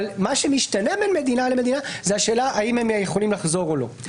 מה שמשתנה בין מדינה למדינה זו השאלה האם הם יכולים לחזור או לא.